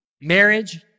Marriage